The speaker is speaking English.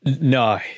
No